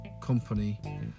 company